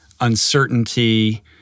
uncertainty